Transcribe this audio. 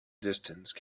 distance